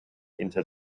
into